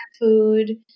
food